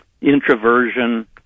introversion